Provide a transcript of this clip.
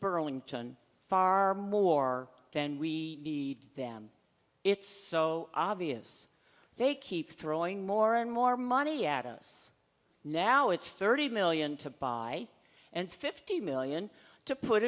pearlington far more than we the them it's so obvious they keep throwing more and more money at us now it's thirty million to buy and fifty million to put